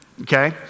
okay